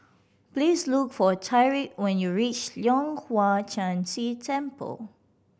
please look for Tyriq when you reach Leong Hwa Chan Si Temple